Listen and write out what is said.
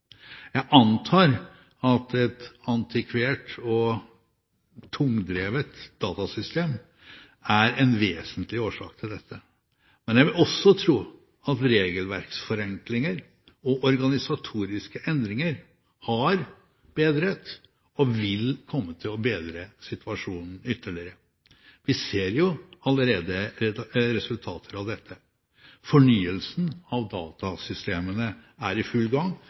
Jeg antar at et antikvert og tungdrevet datasystem er en vesentlig årsak til dette. Men jeg vil også tro at regelverksforenklinger og organisatoriske endringer har bedret, og vil komme til å bedre, situasjonen ytterligere. Vi ser jo allerede resultater av dette. Fornyelsen av datasystemene er i full gang,